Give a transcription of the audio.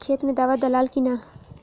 खेत मे दावा दालाल कि न?